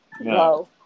No